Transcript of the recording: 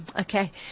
okay